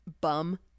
bum